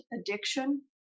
addiction